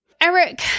Eric